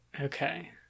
Okay